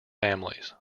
families